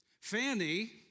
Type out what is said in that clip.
Fanny